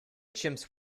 chimps